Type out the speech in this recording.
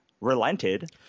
relented